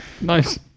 Nice